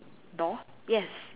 door yes